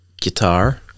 guitar